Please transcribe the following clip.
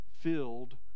filled